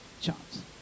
chance